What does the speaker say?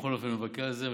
בכל אופן מבכה על זה,